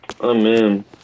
Amen